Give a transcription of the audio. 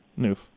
Noof